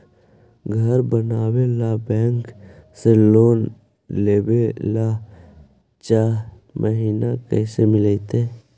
घर बनावे ल बैंक से लोन लेवे ल चाह महिना कैसे मिलतई?